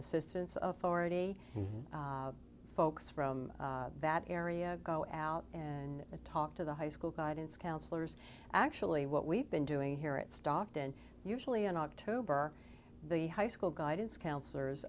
assistance of already folks from that area go out and talk to the high school guidance counselors actually what we've been doing here at stockton usually in october the high school guidance counselors